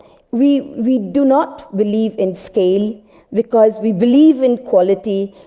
we we do not believe in scale because we believe in quality,